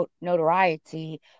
notoriety